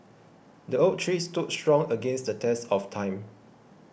the oak tree stood strong against the test of time